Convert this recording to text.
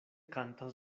kantas